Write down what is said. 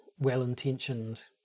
well-intentioned